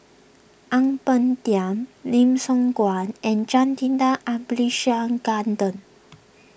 Ang Peng Tiam Lim Siong Guan and Jacintha Abisheganaden